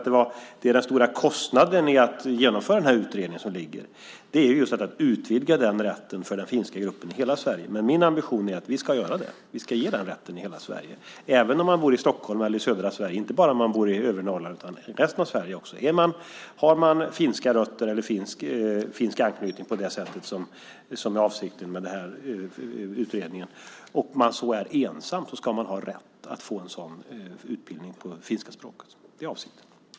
Den stora kostnaden med att genomföra detta är att utvidga rätten för den finska gruppen i hela Sverige. Min ambition är att vi ska göra det. Vi ska ge den rätten i hela Sverige. Man ska ha den rätten även om man bor i Stockholm eller i södra Sverige och inte bara om man bor i Övre Norrland. Har man finska rötter eller finsk anknytning enligt vad som gäller i utredningen ska man, även om man är ensam, ha rätt att få utbildning på finska språket.